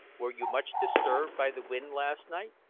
were you much disturbed by the wind last night?